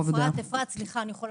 הדיון